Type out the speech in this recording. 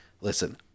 Listen